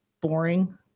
boring